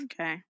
Okay